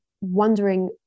wondering